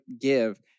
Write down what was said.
give –